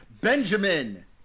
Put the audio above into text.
Benjamin